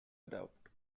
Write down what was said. adopt